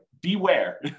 beware